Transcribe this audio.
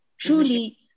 Truly